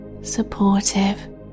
supportive